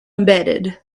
embedded